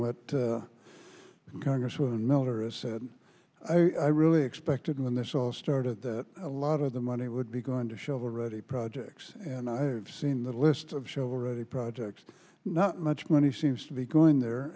what congressman miller said i really expected when this all started that a lot of the money would be going to shovel ready projects and i've seen the list of shovel ready projects not much money seems to be going there